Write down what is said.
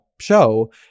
show